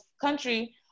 country